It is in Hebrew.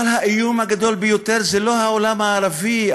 אבל האיום הגדול ביותר על היהודים הוא לא העולם הערבי,